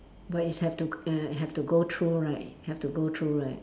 but is have to err have to go through right have go through right